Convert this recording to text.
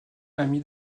ami